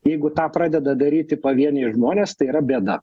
jeigu tą pradeda daryti pavieniai žmonės tai yra bėda